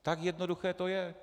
Tak jednoduché to je.